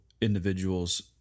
individuals